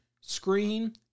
screen